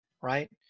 right